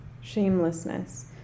Shamelessness